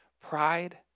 pride